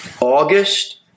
August